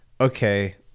okay